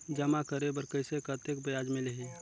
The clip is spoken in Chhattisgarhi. जमा करे बर कइसे कतेक ब्याज मिलही?